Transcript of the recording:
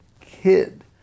kid